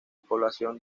población